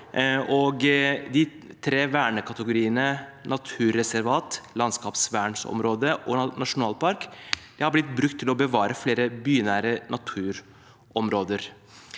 De tre vernekategoriene naturreservater, landskapsvernområder og nasjonalparker har blitt brukt til å bevare flere bynære naturområder.